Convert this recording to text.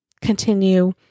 continue